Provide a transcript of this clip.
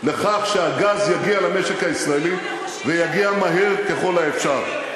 לכך שהגז יגיע למשק הישראלי ויגיע מהר ככל האפשר.